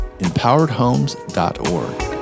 empoweredhomes.org